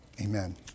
amen